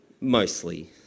mostly